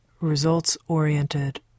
results-oriented